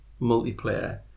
multiplayer